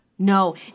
No